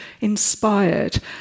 inspired